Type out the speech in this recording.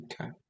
Okay